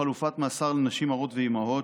חלופת מאסר לנשים הרות ואימהות),